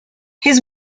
his